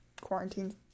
quarantine